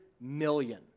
million